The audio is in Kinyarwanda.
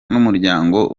n’umuryango